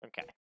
okay